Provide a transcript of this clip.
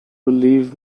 leave